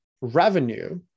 revenue